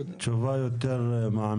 טוב, בוא נקבל תשובה יותר מעמיקה.